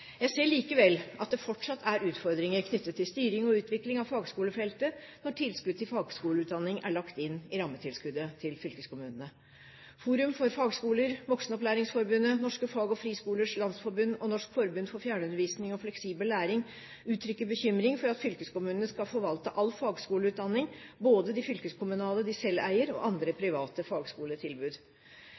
Jeg ser likevel at det fortsatt er utfordringer knyttet til styring og utvikling av fagskolefeltet når tilskudd til fagskoleutdanning er lagt inn i rammetilskuddet til fylkeskommunene. Forum for fagskoler, Voksenopplæringsforbundet, Norske Fag- og Friskolers Landsforbund og Norsk forbund for fjernundervisning og fleksibel utdanning uttrykker bekymring for at fylkeskommunene skal forvalte all fagskoleutdanning både de fylkeskommunale fagskolene de selv eier, og andre private fagskoletilbud.